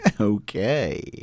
Okay